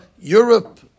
Europe